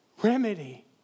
remedy